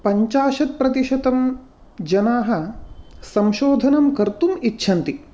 पञ्चाशत् प्रतिशतं जनाः संशोधनं कर्तुम् इच्छान्ति